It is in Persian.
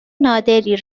نادری